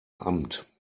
amt